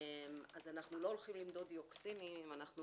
אז אנחנו לא הולכים למדוד דיוקסינים אם לא